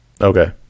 Okay